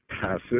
passive